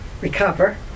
recover